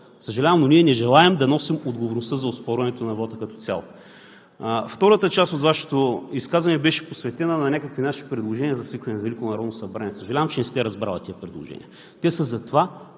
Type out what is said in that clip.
Съжалявам, но ние не желаем да носим отговорността за оспорването на вота като цяло. Втората част от Вашето изказване беше посветена на някакви наши предложения за свикване на Велико народно събрание. Съжалявам, че не сте разбрали тези предложения. Те са за това